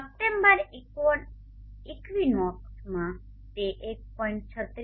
September ઇક્વિનોક્સમાં તે 1